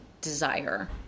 desire